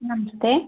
नमस्ते